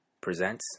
presents